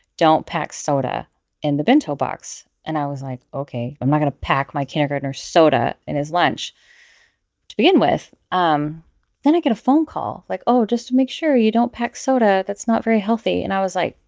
don't pack soda in the bento box. and i was like, ok, i'm not going to pack my kindergartener soda in his lunch to begin with. um then i get a phone call like, oh, just to make sure you don't pack soda. that's not very healthy. and i was like,